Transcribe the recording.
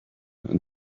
and